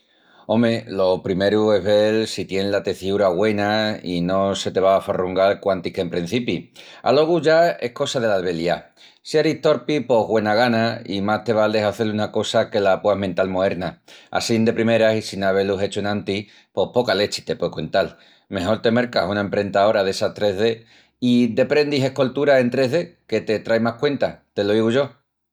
Ome, lo primeru es vel si tien la teciúra güena i no se te va a farrungal quantis qu'emprencipis. Alogu ya es cosa dela albeliá. Si eris torpi pos güena gana i más te val de hazel una cosa que la pueas mental moerna. Assín de primeras i sin avé-lu hechu enantis pos poca lechi te pueu cuental. Mejol te mercas una emprentaora d'essas 3D i deprendis escoltura en 3D que te trai más cuenta, te lo igu yo.